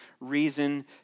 reason